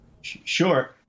Sure